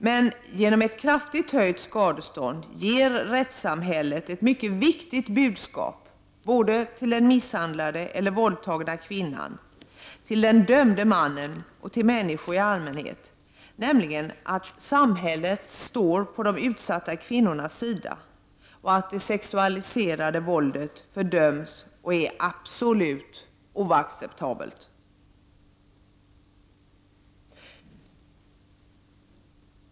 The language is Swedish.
Men genom ett kraftigt höjt skadestånd ger rättssamhället ett mycket viktigt budskap såväl till den misshandlade eller våldtagna kvinnan som till den dömde mannen och till människor i allmänhet, nämligen att samhället står på de utsatta kvinnornas sida och att det sexualiserade våldet fördöms och är absolut oacceptabelt.